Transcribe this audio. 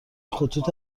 خطوط